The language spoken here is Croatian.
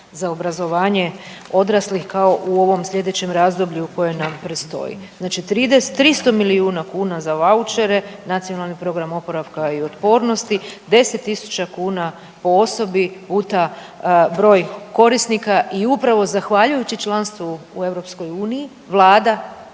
za obrazovanje odraslih kao u ovom sljedećem razdoblju koje nam predstoji. Znači 300 milijuna kuna za vouchere, Nacionalni program oporavka i otpornosti, 10 000 kuna po osobi puta broj korisnika i upravo zahvaljujući članstvu u EU Vlada